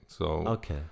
Okay